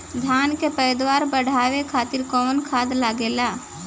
धान के पैदावार बढ़ावे खातिर कौन खाद लागेला?